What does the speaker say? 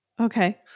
okay